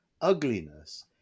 ugliness